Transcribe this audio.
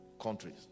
countries